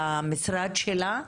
למשרד שלה,